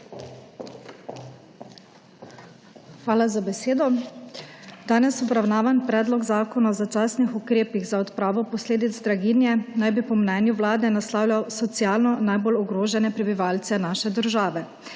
Hvala za besedo. Danes obravnavani predlog zakona o začasnih ukrepih za odpravo posledic draginje naj bi po mnenju vlade naslavljal socialno najbolj ogrožene prebivalce naše države.